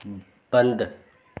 बंद